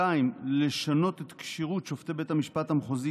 2. לשנות את כשירות שופטי בית המשפט המחוזי